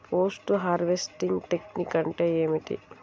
Post harvesting technique అంటే ఏమిటీ?